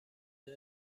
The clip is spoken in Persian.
کجا